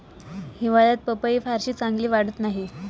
हिवाळ्यात पपई फारशी चांगली वाढत नाही